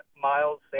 Miles